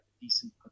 decent